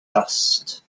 dust